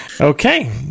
Okay